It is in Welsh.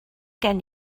gen